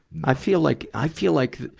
i feel like, i feel like the,